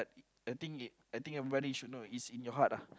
I think I think everybody should know it's in your heart uh